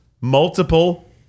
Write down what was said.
multiple